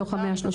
מתוך ה-130.